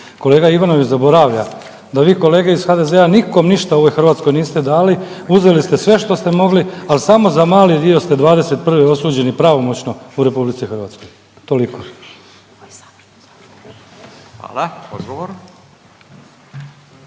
Kolega Ivanović zaboravlja da vi kolege iz HDZ-a nikom ništa u ovoj Hrvatskoj niste dali, uzeli ste sve što ste mogli, ali samo za mali dio ste '21. osuđeni pravomoćno u RH. Toliko. **Radin,